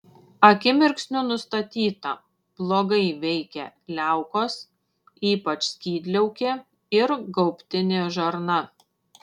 akimirksniu nustatyta blogai veikia liaukos ypač skydliaukė ir gaubtinė žarna